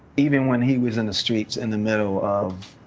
even when he was in the streets, in the middle of